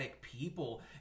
people